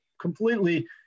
completely